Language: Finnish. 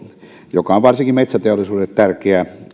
joka on varsinkin metsäteollisuudelle tärkeä